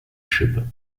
schippe